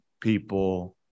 people